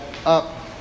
up